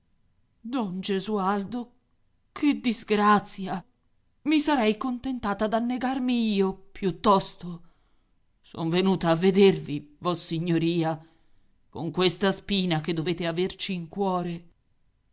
ponte don gesualdo che disgrazia i sarei contentata d'annegarmi io piuttosto son venuta a vedervi vossignoria con questa spina che dovete averci in cuore